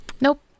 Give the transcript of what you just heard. nope